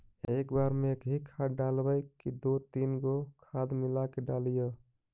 एक बार मे एकही खाद डालबय की दू तीन गो खाद मिला के डालीय?